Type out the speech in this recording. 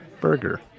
Burger